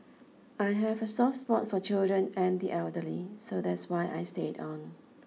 I have a soft spot for children and the elderly so that's why I stayed on